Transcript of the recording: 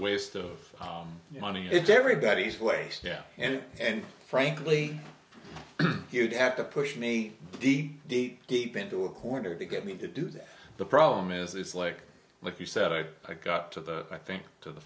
waste of money it's everybody's waste yeah and frankly you'd have to push me deep deep deep into a corner to get me to do that the problem is it's like look you said i got to the i think to the